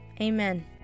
amen